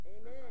Amen